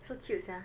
so cute sia